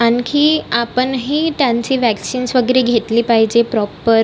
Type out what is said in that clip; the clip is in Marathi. आणखी आपणही त्यांची वॅक्सिन्स वगैरे घेतली पाहिजे प्रॉपर